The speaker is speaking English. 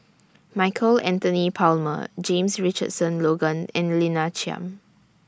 Michael Anthony Palmer James Richardson Logan and Lina Chiam